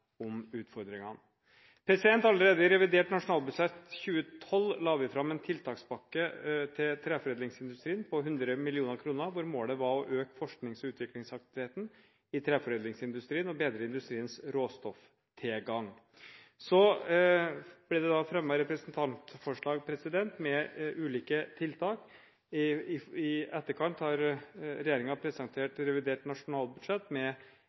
om utfordringene. Allerede i revidert nasjonalbudsjett 2012 la vi fram en tiltakspakke til treforedlingsindustrien på 100 mill. kr, hvor målet var å øke forsknings- og utviklingsaktiviteten i treforedlingsindustrien og bedre industriens råstofftilgang. Det er blitt fremmet representantforslag med ulike tiltak. I etterkant har regjeringen presentert revidert nasjonalbudsjett med